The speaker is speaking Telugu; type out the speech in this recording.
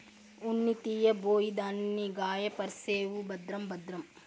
ఉన్ని తీయబోయి దాన్ని గాయపర్సేవు భద్రం భద్రం